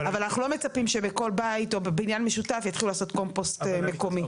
אנחנו לא מצפים שבכל בית או בבניין משותף יתחילו לעשות קומפוסט מקומי.